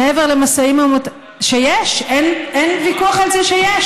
מעבר למשאים, שיש, לכאורה.